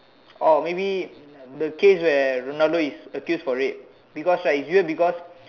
oh maybe the case where ronaldo is accused for rape because right it's either because